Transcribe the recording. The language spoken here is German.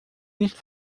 nicht